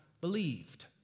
believed